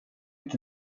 inte